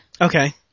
Okay